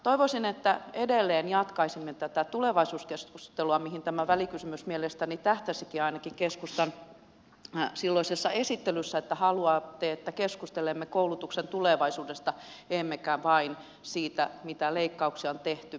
toivoisin että edelleen jatkaisimme tätä tulevaisuuskeskustelua mihin tämä välikysymys mielestäni tähtäsikin ainakin keskustan silloisen esittelyn mukaan haluatte että keskustelemme koulutuksen tulevaisuudesta emmekä vain siitä mitä leikkauksia on tehty